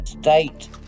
state